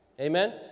Amen